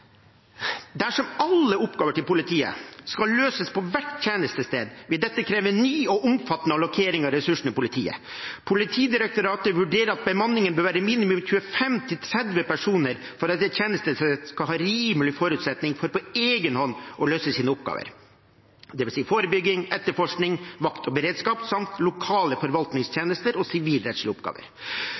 Dersom alle oppgavene til politiet skal løses på hvert tjenestested, vil det kreve ny og omfattende allokering av ressursene til politiet. Politidirektoratet vurderer at bemanningen bør være på minimum 25 til 30 personer for at et tjenestested skal ha rimelig forutsetning for på egen hånd å løse sine oppgaver, dvs. forebygging, etterforskning, vakt og beredskap samt lokale forvaltningstjenester og sivilrettslige oppgaver.